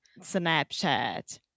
snapchat